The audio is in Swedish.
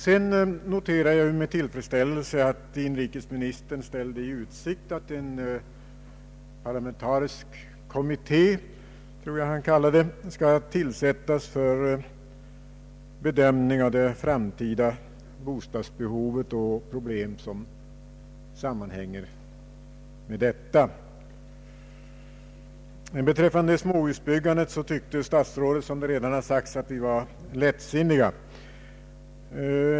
Sedan noterar jag med tillfredsställelse att inrikesministern ställde i utsikt att en parlamentarisk kommitté skall tillsättas för bedömning av det framtida bostadsbehovet och problem som sammanhänger därmed. Beträffande småhusbyggandet tyckte statsrådet att vi var lättsinniga.